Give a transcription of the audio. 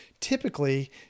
typically